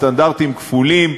בסטנדרטים כפולים,